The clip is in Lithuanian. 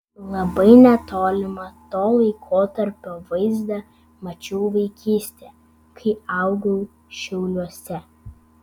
labai netolimą to laikotarpio vaizdą mačiau vaikystėje kai augau šiauliuose